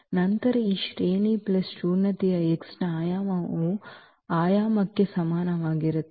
ನಂತರ ಈ ಶ್ರೇಣಿ ಪ್ಲಸ್ ಶೂನ್ಯತೆಯು X ನ ಆಯಾಮಕ್ಕೆ ಸಮಾನವಾಗಿರುತ್ತದೆ